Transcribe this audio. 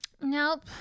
Nope